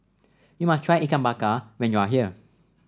you must try Ikan Bakar when you are here